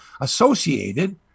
associated